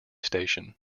station